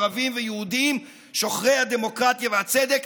ערבים ויהודים שוחרי הדמוקרטיה והצדק,